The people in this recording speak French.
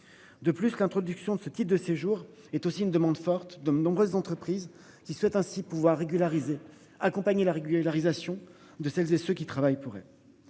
De plus, l'introduction de ce type de séjour est aussi une demande forte de nombreuses entreprises qui souhaitent ainsi pouvoir régulariser accompagné la régularisation de celles et ceux qui travaillent pourraient.